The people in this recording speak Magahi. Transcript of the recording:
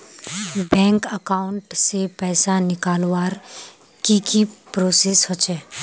बैंक अकाउंट से पैसा निकालवर की की प्रोसेस होचे?